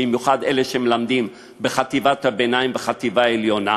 במיוחד אלה שמלמדים בחטיבת הביניים ובחטיבה עליונה,